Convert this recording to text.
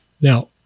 Now